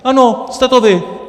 Ano, jste to vy!